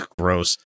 Gross